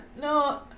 No